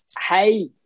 Hey